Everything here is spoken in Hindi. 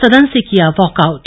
सदन से किया वॉकआउट